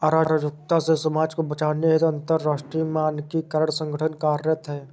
अराजकता से समाज को बचाने हेतु अंतरराष्ट्रीय मानकीकरण संगठन कार्यरत है